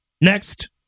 Next